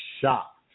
shocked